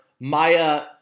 Maya